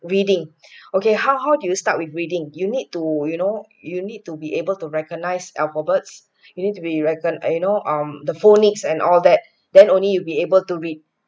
reading okay how how do you start with reading you need to you know you need to be able to recognise alphabets you need to be reckoned you know um the phonics and all that then only you be able to read